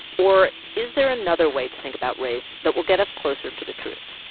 or is there another way to think about race that will get us closer to the truth?